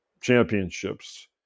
championships